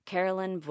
Carolyn